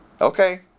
Okay